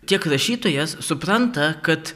tiek rašytojas supranta kad